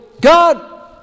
God